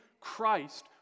Christ